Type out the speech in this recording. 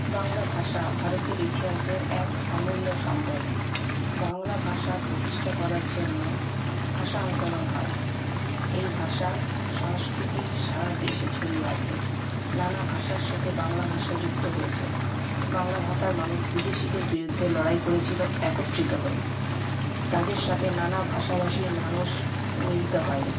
বাংলা ভাষা ভারতের ইতিহাসের এক অমূল্য সম্পদ বাংলা ভাষার প্রতিষ্ঠা করার জন্য ভাষা আন্দোলন হয় এই ভাষা সংস্কৃতির সারা দেশে ছড়িয়ে আছে নানা ভাষার সাথে বাংলা ভাষা যুক্ত হয়েছে বাংলা ভাষার মানুষ বিদেশিদের বিরুদ্ধে লড়াই করেছিল একত্রিত হয়ে তাদের সাথে নানা ভাষাভাষীর মানুষ মিলিত হয়